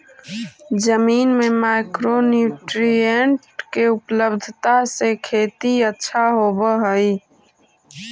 जमीन में micro nutrient के उपलब्धता से खेती अच्छा होब हई